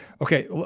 Okay